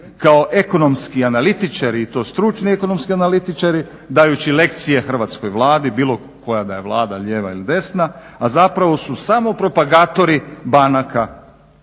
kao ekonomski analitičari i to stručni ekonomski analitičari dajući lekcije hrvatskoj Vladi bilo koja da je Vlada lijeva ili desna, a zapravo su samo propagatori banaka